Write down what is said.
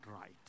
right